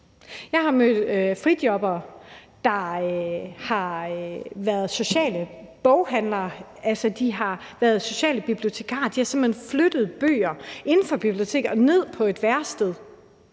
boghandlere, altså de har været sociale bibliotekarer. De har simpelt hen flyttet bøger inde fra biblioteker og ned på et værested